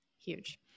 Huge